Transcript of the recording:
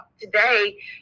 today